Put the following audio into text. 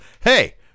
hey